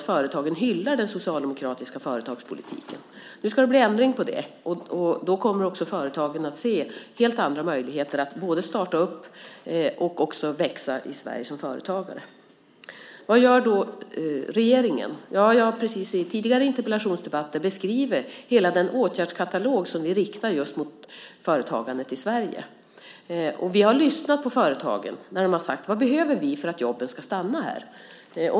Företagen hyllar inte den socialdemokratiska företagspolitiken. Nu ska det bli ändring på det. Då kommer företagen att se helt andra möjligheter att starta och växa i Sverige som företagare. Vad gör då regeringen? Jag har tidigare i interpellationsdebatter beskrivit hela den åtgärdskatalog som vi riktar mot företagandet i Sverige. Vi har lyssnat på företagen när de har sagt: Vad behöver vi för att jobben ska stanna här?